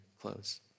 close